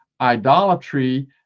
idolatry